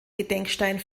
gedenkstein